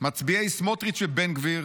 מצביעי סמוטריץ' ובן גביר,